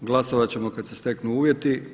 Glasovat ćemo kad se steknu uvjeti.